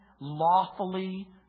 lawfully